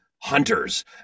Hunters